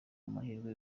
amahirwe